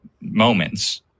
moments